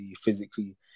physically